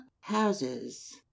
Houses